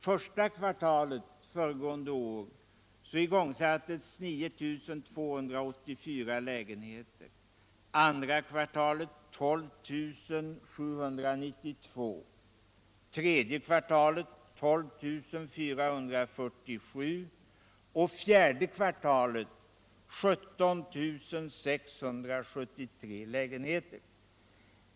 Det påbörjades under första kvartalet 9 284 lägenheter, andra kvartalet 12 792 lägenheter, tredje kvartalet 12 447 lägenheter och fjärde kvartalet 17 673 lägenheter.